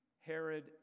Herod